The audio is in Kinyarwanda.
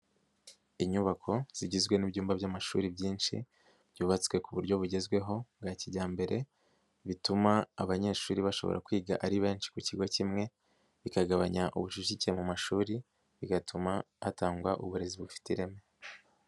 Inyubako zigizwe n'ibyumba by'amashuri byinshi byubatswe ku buryo bugezweho bwa kijyambere, bituma abanyeshuri bashobora kwiga ari benshi ku kigo kimwe, bikagabanya ubucucike mu mashuri, bigatuma hatangwa uburezi bufite ireme.